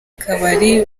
kabari